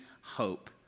hope